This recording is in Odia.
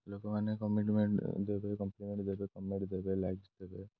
ଲୋକମାନେ କମିଣ୍ଟମେଣ୍ଟ ଦେବେ କମ୍ପ୍ଲିମେଣ୍ଟ ଦେବେ କମେଣ୍ଟ ଦେବେ ଲାଇକ୍ସ ଦେବେ